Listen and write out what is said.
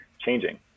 changing